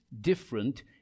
different